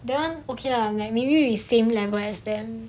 that [one] okay lah like maybe we like same level as them